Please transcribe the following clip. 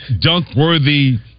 dunk-worthy